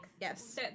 Yes